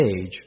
age